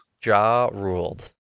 Jaw-ruled